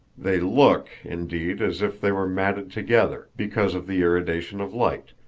they look, indeed, as if they were matted together, because of the irradiation of light,